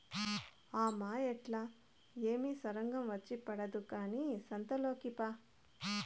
ఆ మాయేట్లా ఏమి సొరంగం వచ్చి పడదు కానీ సంతలోకి పా